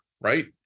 right